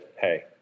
hey